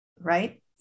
right